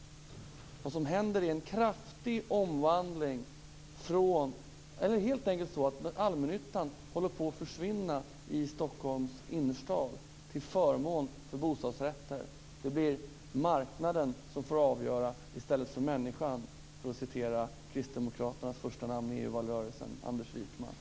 Det är helt enkelt så att allmännyttan håller på att försvinna i Stockholms innerstad till förmån för bostadsrätterna. Det blir marknaden som får avgöra i stället för människan, för att citera Kristdemokraternas förstanamn i EU-valrörelsen Anders Wijkman.